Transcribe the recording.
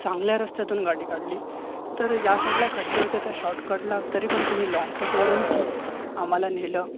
चांगल्या रस्त्यातून गाडी काढली तर या साईडला खड्डे होते तर शॉर्टकटला तरी तर तुम्ही लाँग कटवरून आम्हाला नेलं